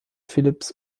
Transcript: philipps